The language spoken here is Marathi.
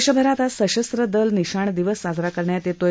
देशभरात आज सशस्त्र दल निशाण दिवस साजरा करण्यात येत आहे